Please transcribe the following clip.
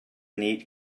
neat